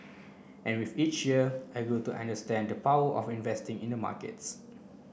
and with each year I grew to understand the power of investing in the markets